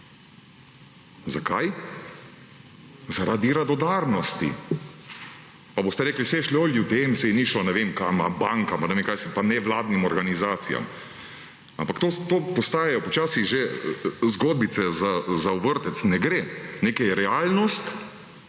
Zakaj? Zaradi radodarnosti. Pa boste rekli, saj je šlo ljudem, saj ni šlo ne vem kam, bankam, pa ne vem kaj, pa nevladnim organizacijam, ampak to postajajo počasi že zgodbice za v vrtec. Ne gre. Nekaj je realnost,